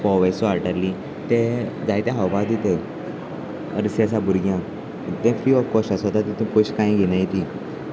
फोवय एसो हाडटाली ते जायते खावपाक दिता आसा भुरग्यांक तें फ्री ऑफ कॉस्ट आसता तितून पयशे कांय घेयनाय ती